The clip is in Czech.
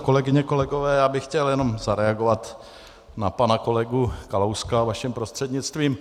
Kolegyně, kolegové, já bych chtěl jenom zareagovat na pana kolegu Kalouska vaším prostřednictvím.